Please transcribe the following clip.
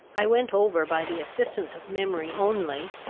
i went over, by the assistance of memory only,